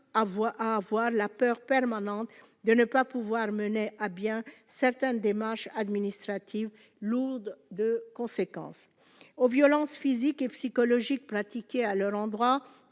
à avoir la peur permanente de ne pas pouvoir mener à bien certaines démarches administratives lourdes de conséquences, aux violences physiques et psychologiques pratiqués à leur endroit